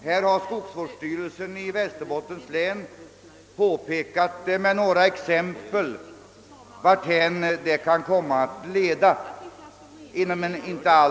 län har med några exempel pekat på varthän det kan komma att leda.